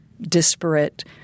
disparate